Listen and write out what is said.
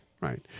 Right